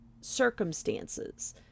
circumstances